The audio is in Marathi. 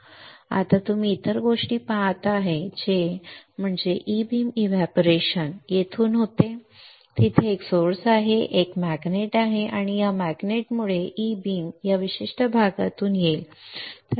क्षमस्व आता तुम्ही इतर गोष्टी पाहत आहात ते म्हणजे ई बीम एव्हपोरेशन येथून होते तेथे एक स्त्रोत आहे तेथे एक चुंबक आहे आणि या चुंबकामुळे ई बीम या विशिष्ट भागातून येईल